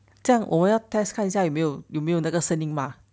这样我要 test 看一下有没有有没有那个声音吗